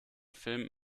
film